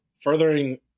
furthering